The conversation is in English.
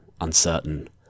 uncertain